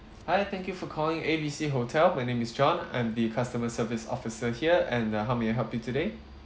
hi thank you for calling A B C hotel my name is john I'm the customer service officer here and uh how may I help you today